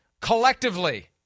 collectively